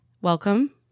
Welcome